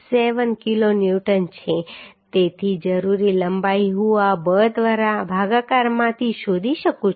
67 kilonewton છે તેથી જરૂરી લંબાઈ હું આ બળ દ્વારા ભાગાકારમાંથી શોધી શકું છું